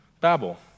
Babel